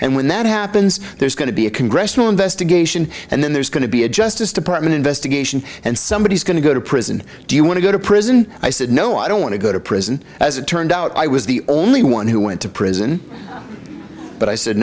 and when that happens there's going to be a congressional investigation and then there's going to be a justice department investigation and somebody is going to go to prison do you want to go to prison i said no i don't want to go to prison as it turned out i was the only one who went to prison but i said